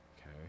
Okay